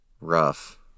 Rough